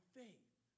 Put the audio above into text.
faith